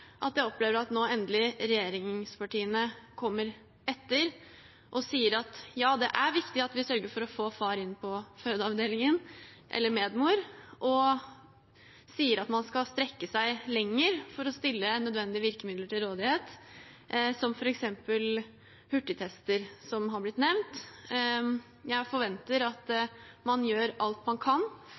er viktig at vi sørger for å få far eller medmor inn på fødeavdelingen, og at man skal strekke seg lenger for å stille nødvendige virkemidler til rådighet, f.eks. hurtigtester, som har blitt nevnt. Jeg forventer at man gjør alt man kan,